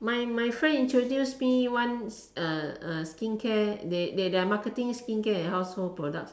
my my friend introduced me one uh uh skincare they they they are marketing skincare and household products